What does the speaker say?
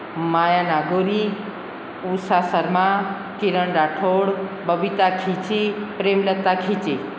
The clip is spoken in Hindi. माया नागौरी ऊषा शर्मा किरन राठोड बबीता खीची प्रेमलता खीची